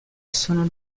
sono